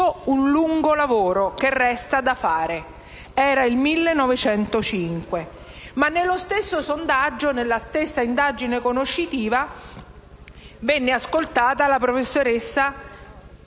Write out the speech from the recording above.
un lungo lavoro che resta da fare». Era il 1905. Ma nello stesso sondaggio e nella stessa indagine conoscitiva venne ascoltata la professoressa